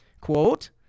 quote